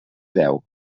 deu